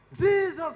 Jesus